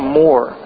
more